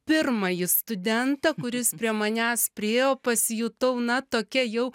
pirmąjį studentą kuris prie manęs priėjo pasijutau na tokia jau